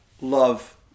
love